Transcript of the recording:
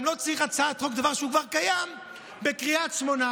גם לא צריך הצעת חוק לדבר שהוא כבר בקריית שמונה,